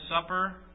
Supper